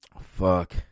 Fuck